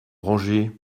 rangé